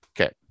Okay